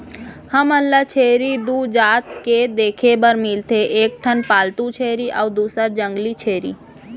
हमन ल छेरी दू जात के देखे बर मिलथे एक ठन पालतू छेरी अउ दूसर जंगली छेरी